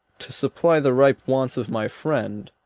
to supply the ripe wants of my friend,